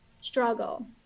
struggle